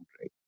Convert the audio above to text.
right